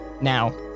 Now